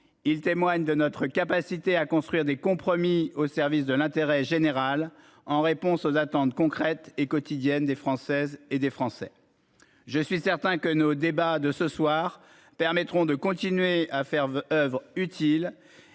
il témoigne de notre capacité à construire des compromis au service de l'intérêt général. En réponse aux attentes concrète et quotidienne des Françaises et des Français. Je suis certain que nos débats de ce soir, permettront de continuer à faire oeuvre utile